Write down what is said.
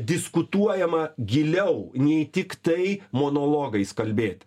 diskutuojama giliau nei tiktai monologais kalbėti